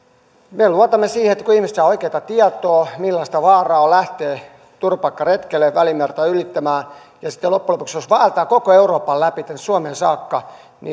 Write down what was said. me luotamme siihen että kun ihmiset saavat oikeaa tietoa miten vaarallista on lähteä turvapaikkaretkelle välimerta ylittämään he eivät lähde ja sitten loppujen lopuksi jos vaeltaa koko euroopan läpi suomeen saakka